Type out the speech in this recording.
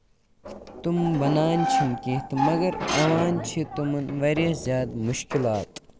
تٔمۍ وَنان چھِ نہٕ کیٚنہہ تہٕ مَگر یِوان چھِ تِمَن واریاہ زیادٕ مُشکِلات